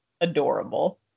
adorable